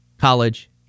college